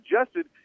suggested